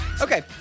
Okay